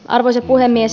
arvoisa puhemies